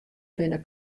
binne